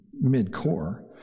mid-core